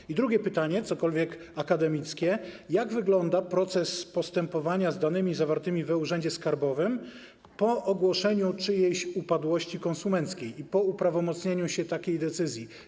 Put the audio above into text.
I drugie pytanie, cokolwiek akademickie: Jak wygląda proces postępowania z danymi zawartymi w e-urzędzie skarbowym po ogłoszeniu czyjejś upadłości konsumenckiej i po uprawomocnieniu się takiej decyzji?